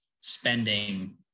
spending